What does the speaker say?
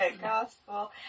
gospel